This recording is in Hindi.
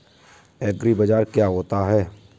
एग्रीबाजार क्या होता है?